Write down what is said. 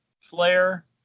flare